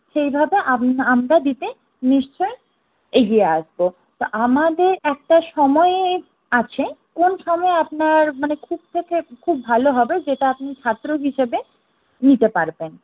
সেইভাবে আম আমরা দিতে নিশ্চয়ই এগিয়ে আসবো তা আমাদের একটা সময়ে আছে কোন সময় আপনার মানে খুব থেকে খুব ভালো হবে যেটা আপনি ছাত্র হিসাবে নিতে পারবেন